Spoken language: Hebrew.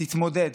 תתמודד.